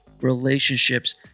relationships